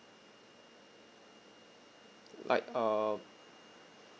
like um